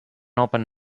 open